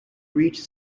reach